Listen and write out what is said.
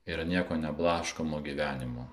ir nieko neblaškomo gyvenimo